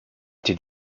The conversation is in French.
été